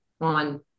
on